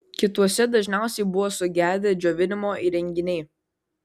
kituose dažniausiai buvo sugedę džiovinimo įrenginiai